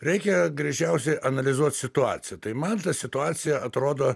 reikia gražiausiai analizuot situaciją tai man ta situacija atrodo